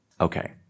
Okay